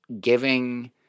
giving